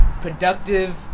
productive